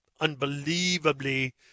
unbelievably